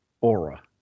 aura